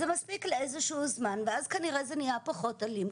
זה מספיק לאיזשהו זמן ואז כנראה זה נהיה פחות אלים,